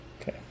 Okay